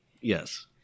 Yes